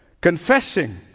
confessing